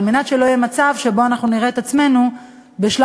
כדי שלא יהיה מצב שאנחנו נראה את עצמנו בשלב